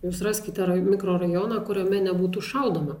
jūs raskite ra mikrorajoną kuriame nebūtų šaudoma